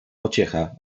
pociecha